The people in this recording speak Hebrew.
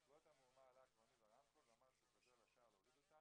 בעקבות המהומה עלה הקברניט ברמקול ואמר שהוא חוזר לשער להוריד אותנו.